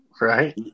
Right